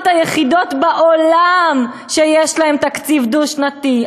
היחידות בעולם שיש להן תקציב דו-שנתי.